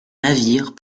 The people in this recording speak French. navires